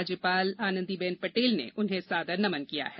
राज्यपाल ने आनंदीबेन पटेल ने उन्हें सादर नमन किया है